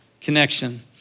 connection